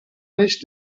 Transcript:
nicht